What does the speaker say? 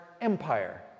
empire